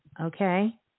Okay